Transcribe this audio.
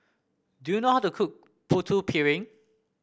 do you know how to cook Putu Piring